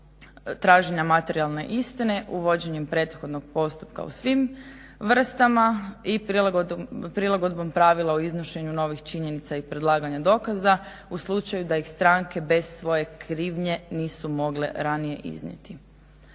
traženja materijalne istine uvođenjem prethodnog postupka u svim vrstama i prilagodbom pravila o iznošenju novih činjenica i predlaganja dokaza u slučaju da ih stranke bez svoje krivnje nisu mogle ranije iznijeti.